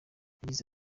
yagize